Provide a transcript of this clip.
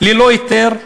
ללא היתר,